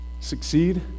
Succeed